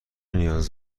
نیاز